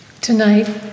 Tonight